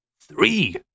three